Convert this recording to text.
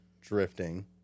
drifting